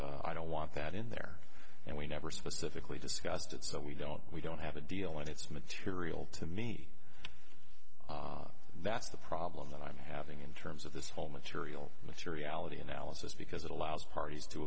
that i don't want that in there and we never specifically discussed it so we don't we don't have a deal and it's material to me that's the problem that i'm having in terms of this whole material materiality analysis because it allows parties to